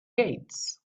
gates